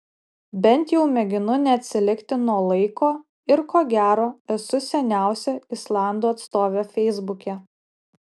bent jau mėginu neatsilikti nuo laiko ir ko gero esu seniausia islandų atstovė feisbuke